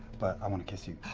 but i want to kiss you.